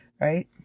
right